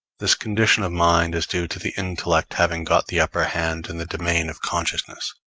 this condition of mind is due to the intellect having got the upper hand in the domain of consciousness,